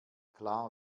klar